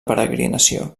peregrinació